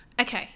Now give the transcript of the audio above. Okay